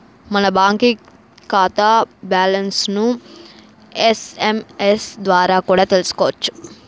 మన బాంకీ కాతా బ్యాలన్స్లను ఎస్.ఎమ్.ఎస్ ద్వారా కూడా తెల్సుకోవచ్చు